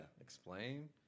Explain